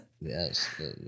yes